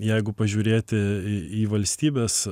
jeigu pažiūrėti į į valstybes